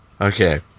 Okay